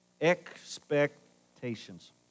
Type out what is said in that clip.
Expectations